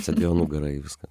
sėdėjo nugara į viską